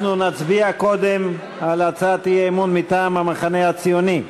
אנחנו נצביע קודם על הצעת האי-אמון מטעם המחנה הציוני: